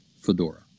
fedora